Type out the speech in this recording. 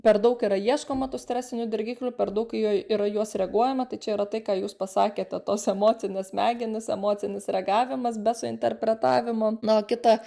per daug yra ieškoma tų stresinių dirgiklių per daug jo yra į juos reaguojama tai čia yra tai ką jūs pasakėte tos emocinės smegenys emocinis reagavimas be suinterpretavimo na o kita